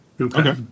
Okay